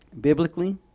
biblically